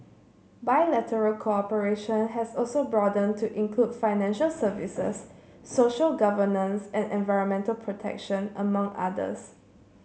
bilateral cooperation has also broadened to include financial services social governance and environmental protection among others